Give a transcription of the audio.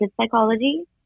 psychology